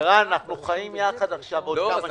אגב, למיטב הבנתי, זה 18 חודש, גם זה וגם זה.